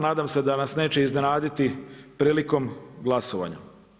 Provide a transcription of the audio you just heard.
Nadam se da nas neće iznenaditi prilikom glasovanja.